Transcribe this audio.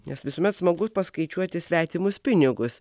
nes visuomet smagu paskaičiuoti svetimus pinigus